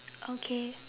okay